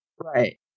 Right